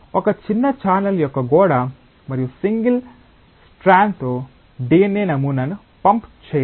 ఒక చిన్న ఛానెల్ యొక్క గోడ మరియు సింగిల్ స్ట్రాండ్తో DNA నమూనాను పంప్ చేయండి